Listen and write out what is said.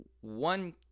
one